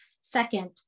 second